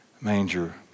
manger